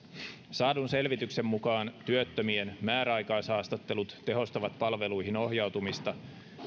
saadun selvityksen mukaan työttömien määräaikaishaastattelut tehostavat palveluihin ohjautumista